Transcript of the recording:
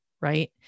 right